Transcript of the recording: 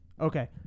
Okay